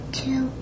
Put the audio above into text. two